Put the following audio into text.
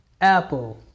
Apple